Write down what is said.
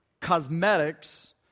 cosmetics